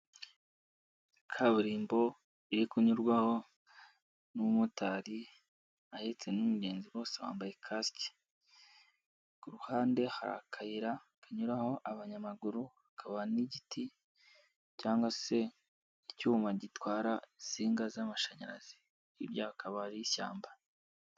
Kaburimbo iri kunyurwaho n'umumotari ahetse n'umugenzi bose wambaye kasike, ku ruhande hari akayira kanyuraho abanyamaguru hakaba n'igiti cyangwa se icyuma gitwara insinga z'amashanyarazi, hirya hakaba ari ishyamba.